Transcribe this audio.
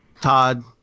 Todd